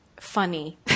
funny